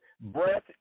breath